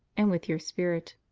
and with your spirit.